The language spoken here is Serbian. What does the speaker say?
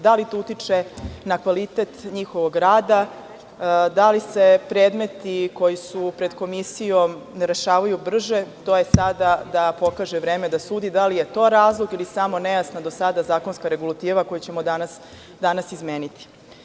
Da li to utiče na kvalitet njihovog rada, da li se predmeti koji su pred komisijom ne rešavaju brže, to je sada da pokaže vreme da sudi, da li je to razlog ili samo nejasna do sada zakonska regulativa, koju ćemo danas izmeniti.